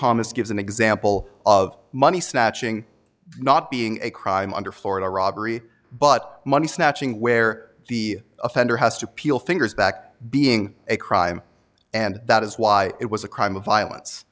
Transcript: example of money snatching not being a crime under florida robbery but money snatching where the offender has to peel fingers back being a crime and that is why it was a crime of violence